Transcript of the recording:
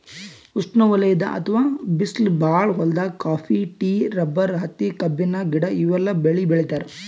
ಉಷ್ಣವಲಯದ್ ಅಥವಾ ಬಿಸ್ಲ್ ಭಾಳ್ ಹೊಲ್ದಾಗ ಕಾಫಿ, ಟೀ, ರಬ್ಬರ್, ಹತ್ತಿ, ಕಬ್ಬಿನ ಗಿಡ ಇವೆಲ್ಲ ಬೆಳಿ ಬೆಳಿತಾರ್